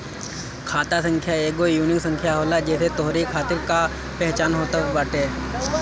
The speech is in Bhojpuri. खाता संख्या एगो यूनिक संख्या होला जेसे तोहरी खाता कअ पहचान होत बाटे